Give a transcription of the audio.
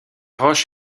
roche